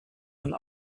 een